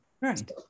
Right